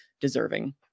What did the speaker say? deserving